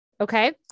Okay